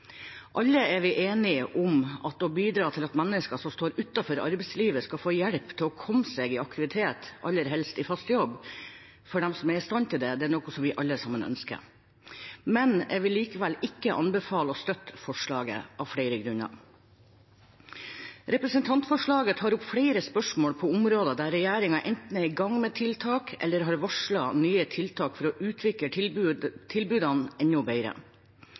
alle ønsker. Men det er ikke alltid så enkelt. Da er det bra at vi bor i et land der de som trenger det, kan få hjelp. Å bidra til at mennesker som står utenfor arbeidslivet, skal få hjelp til å komme seg i aktivitet, aller helst i fast jobb, for dem som er i stand til det, er noe vi alle sammen er enige om og ønsker. Men jeg vil likevel ikke anbefale å støtte forslaget, av flere grunner. Representantforslaget tar opp flere spørsmål på områder der regjeringen enten er i gang med